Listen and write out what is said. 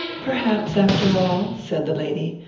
perhaps, after all, said the lady,